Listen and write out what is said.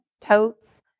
totes